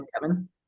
Kevin